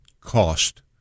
Cost